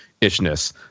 ishness